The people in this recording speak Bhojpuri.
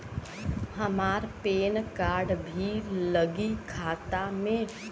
हमार पेन कार्ड भी लगी खाता में?